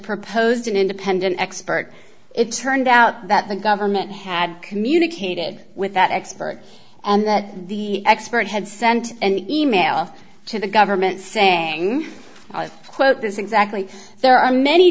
proposed an independent expert it turned out that the government had communicated with that expert and that the expert had sent an e mail to the government saying quote this exactly there are many